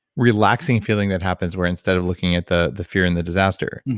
relaxing feeling that happens where instead of looking at the the fear and the disaster,